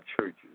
churches